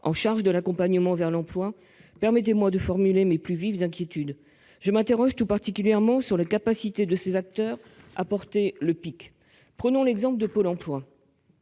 chargés de l'accompagnement vers l'emploi, permettez-moi de formuler mes plus vives inquiétudes. Je m'interroge tout particulièrement sur les capacités de ces acteurs à porter le PIC. Prenons l'exemple de Pôle emploi,